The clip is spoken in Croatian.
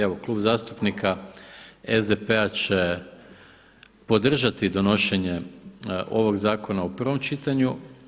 Evo Klub zastupnika SDP-a će podržati donošenje ovog zakona u prvom čitanju.